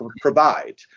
provide